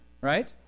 right